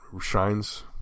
shines